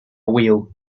wheel